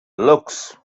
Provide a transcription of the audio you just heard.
looks